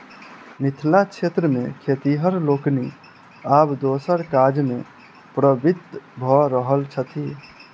मिथिला क्षेत्र मे खेतिहर लोकनि आब दोसर काजमे प्रवृत्त भ रहल छथि